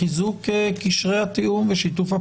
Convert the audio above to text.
אבל אני חושב שהדבר המרכזי שהעסיק זו